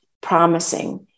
promising